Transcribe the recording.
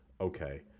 okay